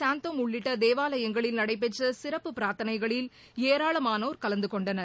சந்தோம் உள்ளிட்ட தேவாலயுங்களில் நடைபெற்ற சிறப்பு பிரார்த்தனைகளில் ஏராளமானோர் கலந்து கொண்டனர்